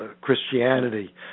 Christianity